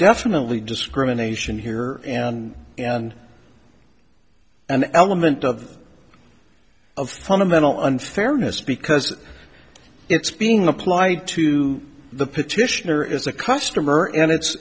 definitely discrimination here and and an element of of fundamental unfairness because it's being applied to the petitioner is a customer and it's